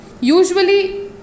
usually